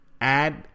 add